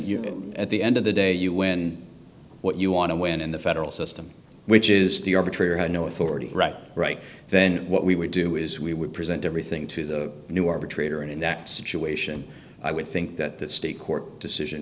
can at the end of the day you win what you want to win in the federal system which is the arbitrator had no authority right right then what we would do is we would present everything to the new arbitrator and in that situation i would think that the state court decision